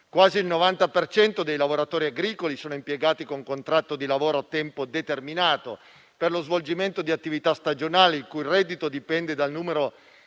Quasi il 90 per cento dei lavoratori agricoli è impiegato con contratto di lavoro a tempo determinato per lo svolgimento di attività stagionali, in cui il reddito dipende dal numero